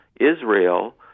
Israel